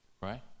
Right